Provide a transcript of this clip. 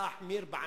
להחמיר בענישה.